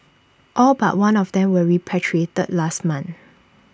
all but one of them were repatriated last month